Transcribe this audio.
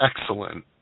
Excellent